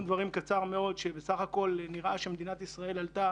בזה שבסך הכול נראה שמדינת ישראל עלתה